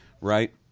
right